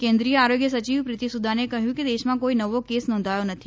કેન્દ્રિય આરોગ્ય સચિવ પ્રીતિ સુદાને કહયું કે દેશમાં કોઇ નવો કેસ નોંધાયો નથી